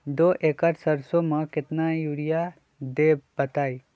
दो एकड़ सरसो म केतना यूरिया देब बताई?